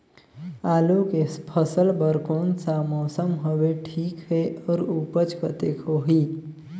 आलू के फसल बर कोन सा मौसम हवे ठीक हे अउर ऊपज कतेक होही?